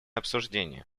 обсуждение